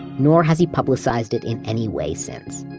nor has he publicized it in any way since.